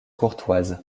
courtoise